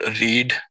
read